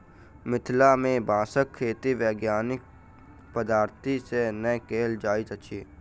मिथिला मे बाँसक खेती वैज्ञानिक पद्धति सॅ नै कयल जाइत अछि